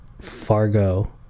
Fargo